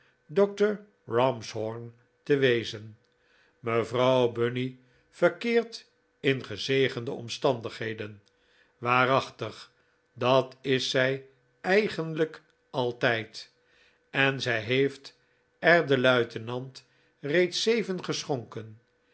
dr ramshorn te wezen mevrouw bunny verkeert in gezegende omstandigheden waarachtig dat is zij eigenlijk altijd r en zij heeft er den luitenant reeds zeven geschonken